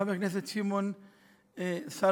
חבר הכנסת שמעון סולומון,